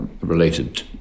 related